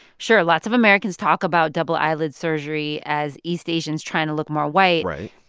sure, lots of americans talk about double eyelid surgery as east asians trying to look more white. right.